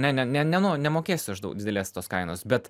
ne ne ne neno nemokėsiu aš di didelės tos kainos bet